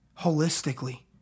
holistically